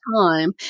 time